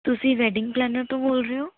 ਤੁਸੀਂ wedding planner ਤੋਂ ਬੋਲ ਰਹੇ ਹੋ